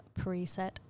preset